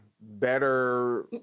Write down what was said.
Better